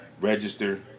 register